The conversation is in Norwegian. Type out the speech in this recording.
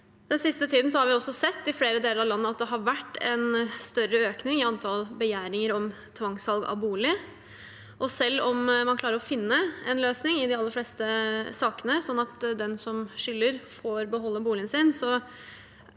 Den siste tiden har vi også sett at det i flere deler av landet har vært en større økning i antall begjæringer om tvangssalg av bolig, og selv om man klarer å finne en løsning i de aller fleste sakene, sånn at den som skylder, får beholde boligen sin,